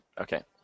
Okay